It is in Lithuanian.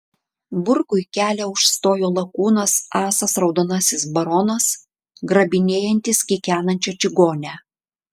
burkui kelią užstojo lakūnas asas raudonasis baronas grabinėjantis kikenančią čigonę